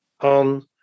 on